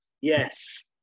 yes